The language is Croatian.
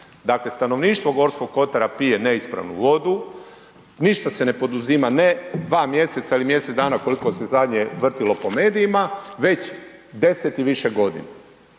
Dakle stanovništvo Gorskog kotara pije neispravnu vodu, ništa se ne poduzima, ne 2 mjeseca ili mjesec dana koliko se zadnje vrtjelo po medijima već 10 i više godina.